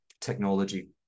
technology